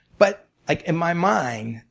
but like in my mind,